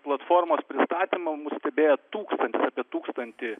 platformos pristatymą mus stebėjo tūkstantis apie tūkstantį